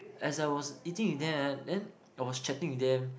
as I was eating with them then I was chatting with them